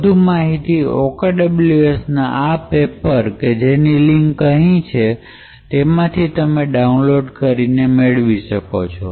વધુ માહિતી OKWSના આ પેપર કે જેની લિંક અહીં છે તેમાંથી ડાઉનલોડ થઈ શકે છે તેના પરથી મેળવી શકાય છે